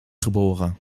geboren